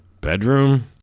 bedroom